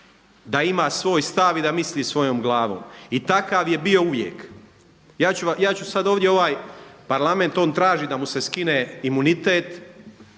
da ima svoj stav i da misli svojom glavom. I takav je bio uvijek. Ja ću sad ovdje ovaj Parlament, on traži da mu se skine imunitet,